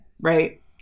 right